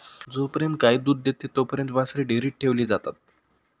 जोपर्यंत गाय दूध देते तोपर्यंत वासरे डेअरीत ठेवली जातात